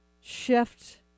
shift